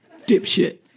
dipshit